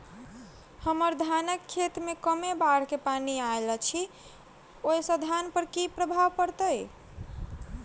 हम्मर धानक खेत मे कमे बाढ़ केँ पानि आइल अछि, ओय सँ धान पर की प्रभाव पड़तै?